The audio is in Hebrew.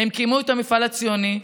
הם קיימו את המפעל הציוני,